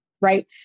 right